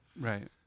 Right